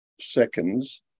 seconds